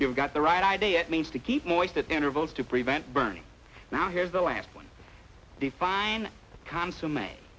you've got the right idea it means to keep moist that intervals to prevent burning now here's the last one define consummate